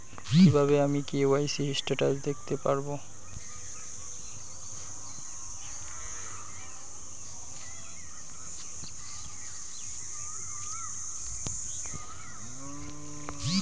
কিভাবে আমি KYC status দেখতে পারবো?